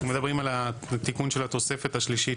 אנחנו מדברים על התיקון של התוספת השלישית